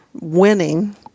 winning